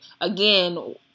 again